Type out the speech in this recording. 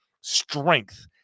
strength